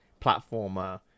platformer